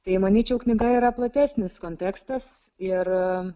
tai manyčiau knyga yra platesnis kontekstas ir